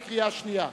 בקריאה שנייה.